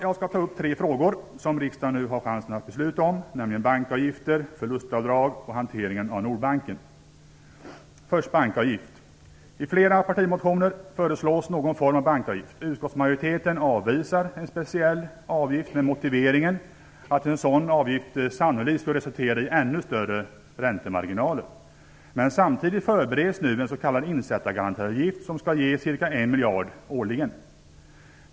Jag skall ta upp tre frågor som riksdagen nu har chansen att besluta om, nämligen bankavgifter, förlustavdrag och hanteringen av Nordbanken. Först bankavgift: I flera partimotioner föreslås någon form av bankavgift. Utskottsmajoriteten har avvisat en speciell avgift med motiveringen att en sådan sannolikt skulle resultera i ännu större räntemarginaler. Samtidigt förbereds nu en s.k. insättargarantiavgift som skall ge ca 1 miljard årligen.